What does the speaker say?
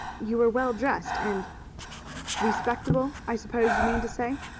you were well dressed and respectable, i suppose you mean to say?